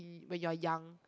when you are young